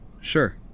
Sure